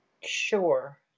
Sure